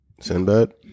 Sinbad